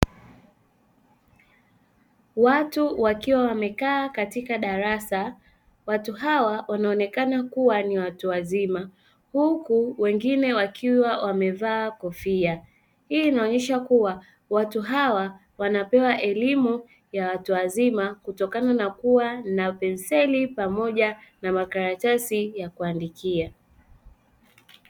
Watu wakiwa wamekaa katika darasa watu hawa wanaonekana kuwa ni watu wazima huku wengine wakiwa wamevaa kofia, hii inaonyesha kuwa watu hawa wanapewa elimu ya watu wazima kutokana na kuwa na penseli pamoja na makaratasi ya kuandikia.